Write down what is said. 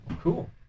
Cool